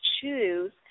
choose